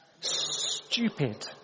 stupid